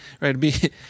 Right